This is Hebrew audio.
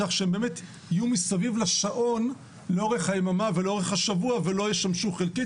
כך שבאמת יהיו מסביב לשעון לאורך היממה ולאורך השבוע ושלא ישמשו חלקית.